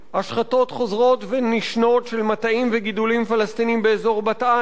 השחתות חוזרות ונשנות של מטעים וגידולים פלסטיניים באזור בת-עין.